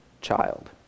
child